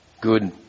good